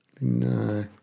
No